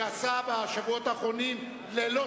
שעשה בשבועות האחרונים לילות